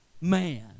man